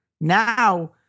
Now